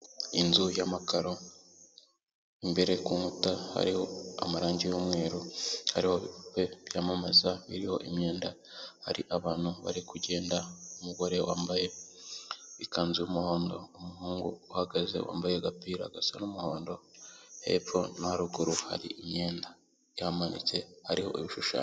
Inzu y’amakaro, imbere ku nkuta hariho amarangi y'umweru, hariho ibipupe byamamaza biriho imyenda, hari abantu bari kugenda, umugore wambaye ikanzu y'umuhondo, umuhungu uhagaze wambaye agapira gasa n'umuhondo, hepfo na ruguru hari imyenda ihamanitse, hariho ibishushanyo.